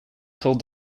told